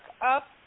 up